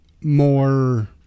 more